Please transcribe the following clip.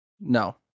No